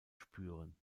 spüren